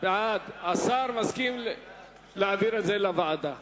השר מסכים להעביר את זה לוועדה.